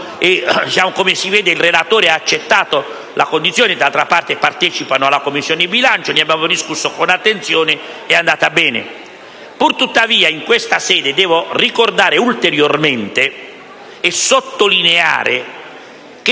e, come si vede, la relatrice ha accettato la condizione; d'altra parte, ha partecipato ai lavori della Commissione bilancio: ne abbiamo discusso con attenzione, ed è andata bene. Purtuttavia, in questa sede devo ricordare ulteriormente e sottolineare che